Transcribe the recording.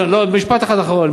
משפט אחד אחרון.